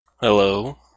Hello